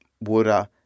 water